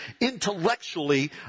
intellectually